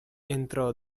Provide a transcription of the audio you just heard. entrò